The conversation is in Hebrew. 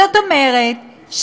זאת אומרת,